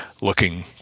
looking